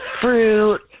Fruit